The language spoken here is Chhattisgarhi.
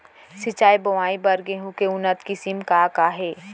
सिंचित बोआई बर गेहूँ के उन्नत किसिम का का हे??